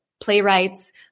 playwrights